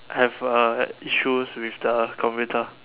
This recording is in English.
I have uh issues with the computer